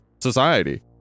society